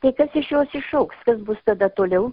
tai kas iš jos išaugs kas bus tada toliau